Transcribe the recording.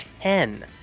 ten